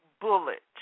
bullet